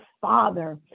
father